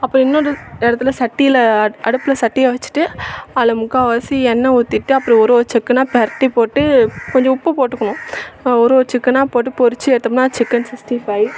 அப்புறம் இன்னொரு இடத்துல சட்டியில் அடுப்பில் வச்சுட்டு அதில் முக்கால்வாசி எண்ணெய் ஊத்திட்டு அப்பறம் ஒரு ஒரு சிக்கனாக பிரட்டி போட்டு கொஞ்சம் உப்பு போட்டுக்கணும் ஒரு ஒரு சிக்கனாக போட்டு பொரிச்சு எடுத்தோம்னால் சிக்கன் சிக்ஸ்ட்டி ஃபை